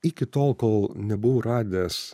iki tol kol nebuvau radęs